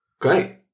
Great